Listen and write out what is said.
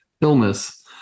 illness